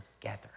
together